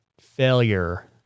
failure